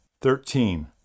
thirteen